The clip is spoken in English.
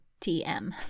TM